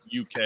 UK